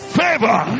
favor